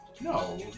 No